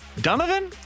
Donovan